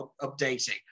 updating